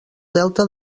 delta